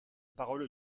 parole